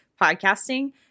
podcasting